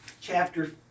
chapter